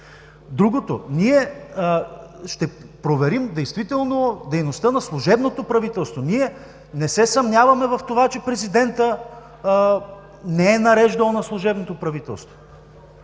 Комисия. Ние ще проверим дейността на служебното правителство. Не се съмняваме в това, че президентът не е нареждал на служебното правителство.